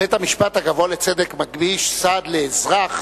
בית-המשפט הגבוה לצדק מגיש סעד לאזרח